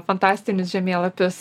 fantastinis žemėlapis